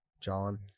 john